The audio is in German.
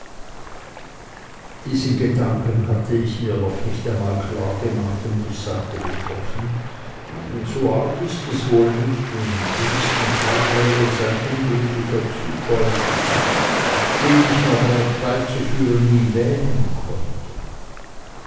diesen gedanken hatte ich mir noch nicht einmal klargemacht und ich sagte betroffen so arg ist es wohl nicht im schlimmsten falle wäre es ein unglücklicher zufall den ich herbeizuführen nie wähnen konnte